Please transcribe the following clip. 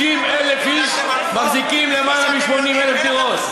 50,000 איש מחזיקים למעלה מ-80,000 דירות.